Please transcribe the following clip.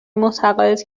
متقاعد